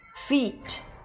Feet